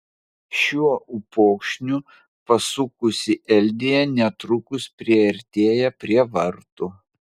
šiuo upokšniu pasukusi eldija netrukus priartėja prie vartų